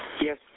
Yes